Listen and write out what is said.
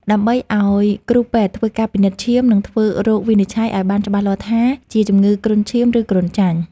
ដើម្បីឱ្យគ្រូពេទ្យធ្វើការពិនិត្យឈាម និងធ្វើរោគវិនិច្ឆ័យឱ្យបានច្បាស់លាស់ថាជាជំងឺគ្រុនឈាម ឬគ្រុនចាញ់។